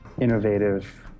innovative